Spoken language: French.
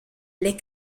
les